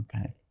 Okay